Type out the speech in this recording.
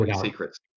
Secrets